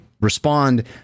respond